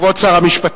כבוד שר המשפטים,